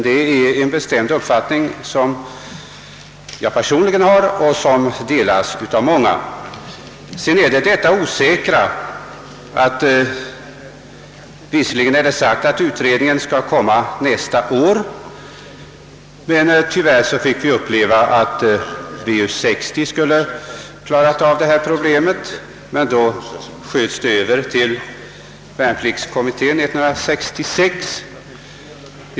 Det är en uppfattning som jag personligen har och som delas av många. Därtill kommer ovissheten. Visserligen är det sagt att utredningens resultat skall föreligga nästa år. Emellertid har vi tyvärr fått uppleva att detta problem skulle ha klarats av VU 60, men det sköts över till 1966 års värnpliktskommitté.